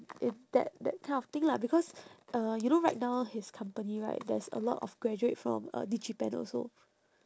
in that that kind of thing lah because uh you know right now his company right there's a lot of graduate from uh digipen also